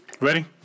Ready